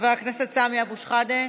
חבר הכנסת סמי אבו שחאדה,